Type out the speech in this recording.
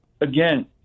again